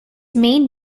main